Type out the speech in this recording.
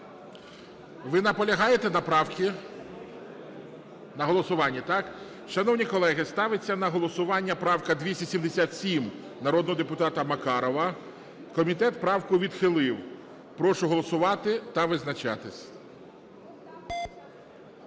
Ви наполягаєте на голосуванні? Шановні колеги, ставиться на голосування правка 271 народного депутата Макарова. Правка комітетом відхилена. Прошу голосувати та визначатись.